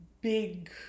big